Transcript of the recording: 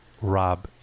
Rob